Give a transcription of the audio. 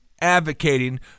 advocating